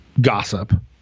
gossip